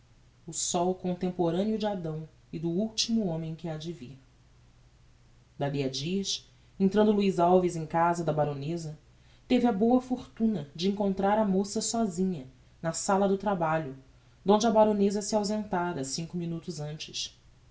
o sol contemporaneo de adão e do ultimo homem que hade vir dalli a dias entrando luiz alves em casa da baroneza teve a boa fortuna de encontrar a moça sosinha na sala do trabalho d'onde a baroneza se ausentára cinco minutos antes